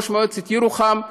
ראש מועצת ירוחם,